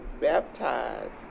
baptized